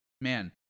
man